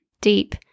deep